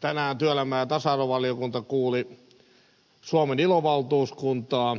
tänään työelämä ja tasa arvovaliokunta kuuli suomen ilo valtuuskuntaa